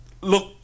Look